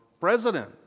president